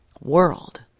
world